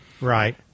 Right